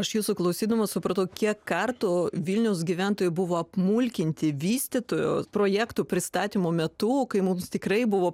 iš jūsų klausydama supratau kiek kartų vilniaus gyventojai buvo apmulkinti vystytojų projektų pristatymų metu kai mums tikrai buvo